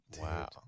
wow